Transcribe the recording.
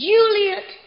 Juliet